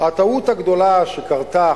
הטעות הגדולה שקרתה